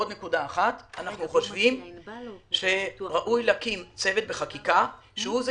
עוד נקודה אחת: אנחנו חושבים שראוי להקים צוות בחקיקה שהוא זה